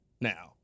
now